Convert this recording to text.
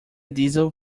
diesel